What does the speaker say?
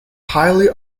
highly